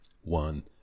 One